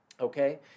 Okay